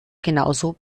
genauso